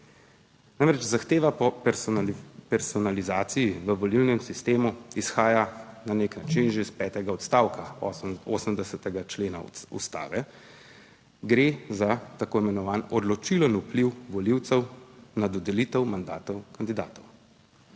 Namreč zahteva po personalizaciji v volilnem sistemu izhaja na nek način že iz petega odstavka 88. člena Ustave, gre za tako imenovan odločilen vpliv volivcev na dodelitev mandatov kandidatom.